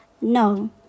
No